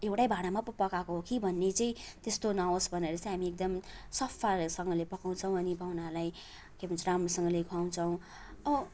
एउटै भाँडामा पो पकाएको हो कि भन्ने चाहिँ त्यस्तो नहोस् भनेर चाहिँ हामी एकदम सफाहरूसँगले पकाउँछौँ अनि पाहुनाहरूलाई के भन्छ राम्रोसँगले खुवाउँछौँ